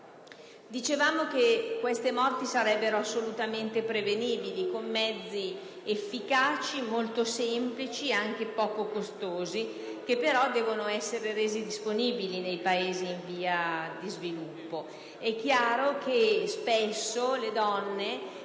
neonato. Queste morti sarebbero assolutamente prevenibili con mezzi efficaci, molto semplici ed anche poco costosi, che però devono essere resi disponibili nei Paesi in via di sviluppo. È chiaro che spesso le donne,